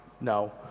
No